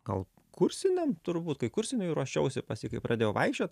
gal kursiniam turbūt kai kursiniui ruošiausi pas jį kai pradėjau vaikščiot